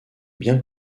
bien